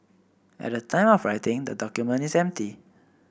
at the time of writing the document is empty